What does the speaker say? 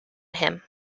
him